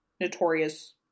notorious